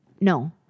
No